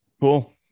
Cool